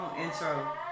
intro